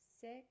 six